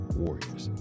warriors